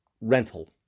rental